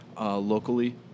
locally